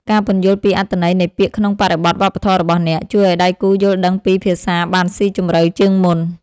ការពន្យល់ពីអត្ថន័យនៃពាក្យក្នុងបរិបទវប្បធម៌របស់អ្នក ជួយឱ្យដៃគូយល់ដឹងពីភាសាបានស៊ីជម្រៅជាងមុន។